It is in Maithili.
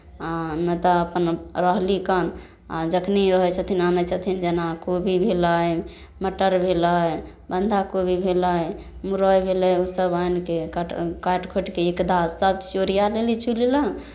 नहि तऽ अपन रहली कन आ जखनि रहै छथिन आनै छथिन जेना कोबी भेलै मटर भेलै बन्धा कोबी भेलै मुरइ भेलै ओसभ आनि कऽ काट काटि खोटि कऽ एकदम सभ चीज ओरिया लेली चुल्ही लग